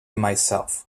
myself